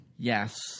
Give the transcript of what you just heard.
Yes